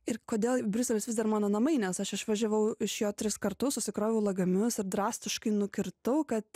ir kodėl briuselis vis dar mano namai nes aš išvažiavau iš jo tris kartus susikroviau lagaminus ir drastiškai nukirtau kad